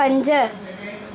पंज